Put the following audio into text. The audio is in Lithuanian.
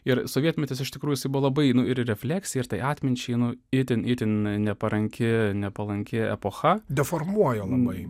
ir sovietmetis iš tikrųjų jisai buvo labai nu ir refleksija ir tai atminčiai nu itin itin neparanki nepalanki epocha deformuoja labai